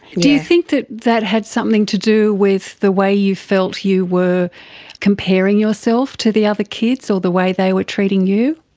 do you think that that had something to do with the way you felt you were comparing yourself to the other kids or the way they were treating you?